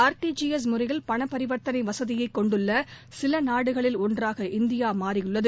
RTGS முறையில் பணப் பரிவர்த்தனை வசதியை கொண்டுள்ள சில நாடுகளில் ஒன்றாக இந்தியா மாறியுள்ளது